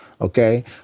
okay